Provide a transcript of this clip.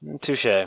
Touche